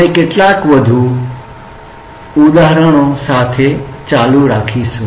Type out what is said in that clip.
આપણે કેટલાક વધુ કોયડાઓ સાથે ચાલુ કરીશું